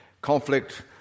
conflict